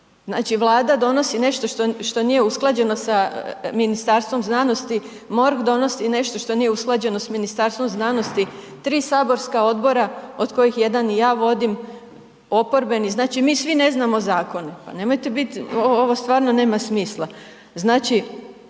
Znači, Vlada donosi nešto što nije usklađeno sa Ministarstvom znanosti, MORH donosi nešto što nije usklađeno s Ministarstvom zananosti, 3 saborska odbora od kojih jedan i ja vodim, oporbeni, znači mi svi ne znamo zakone. Pa nemojte biti, ovo stvarno nema smisla.